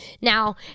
Now